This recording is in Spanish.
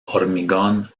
hormigón